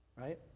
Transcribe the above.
right